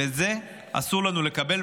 את זה אסור לנו לקבל.